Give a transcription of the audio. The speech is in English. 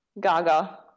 Gaga